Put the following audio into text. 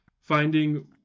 finding